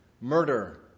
murder